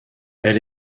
elle